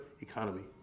economy